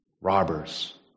Robbers